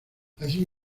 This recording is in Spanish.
allí